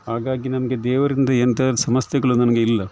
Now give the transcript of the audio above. ಹಾಗಾಗಿ ನಮಗೆ ದೇವರಿಂದ ಎಂಥಾದ್ರು ಸಮಸ್ಯೆಗಳು ನಮಗೆ ಇಲ್ಲ